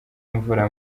imvura